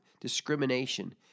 discrimination